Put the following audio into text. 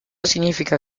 significa